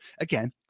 again